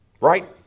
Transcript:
Right